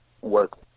work